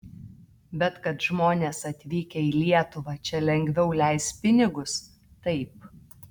bet kad žmonės atvykę į lietuvą čia lengviau leis pinigus taip